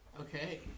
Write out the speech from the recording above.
Okay